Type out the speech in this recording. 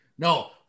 No